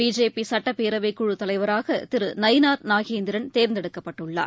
பிஜேபிசுட்டப்பேரவைக்குழுதலைவராகதிருநயினார் நாகேந்திரன் தேர்ந்தெடுக்கப்பட்டுள்ளார்